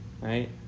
right